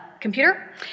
computer